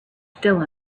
still